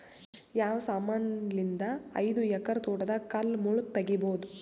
ಯಾವ ಸಮಾನಲಿದ್ದ ಐದು ಎಕರ ತೋಟದಾಗ ಕಲ್ ಮುಳ್ ತಗಿಬೊದ?